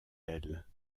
elles